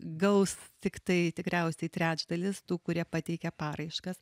gaus tiktai tikriausiai trečdalis tų kurie pateikė paraiškas